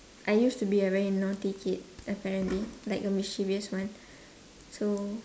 I used to be a very naughty kid apparently like a mischievous one so